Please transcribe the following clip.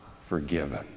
forgiven